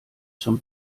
zum